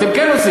אתם כן עושים,